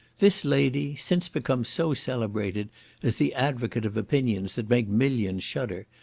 this lady, since become so celebrated as the advocate of opinions that make millions shudder,